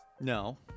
No